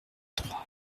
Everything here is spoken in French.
trois